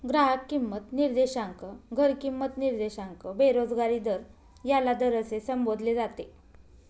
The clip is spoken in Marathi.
ग्राहक किंमत निर्देशांक, घर किंमत निर्देशांक, बेरोजगारी दर याला दर असे संबोधले जाते